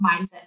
mindset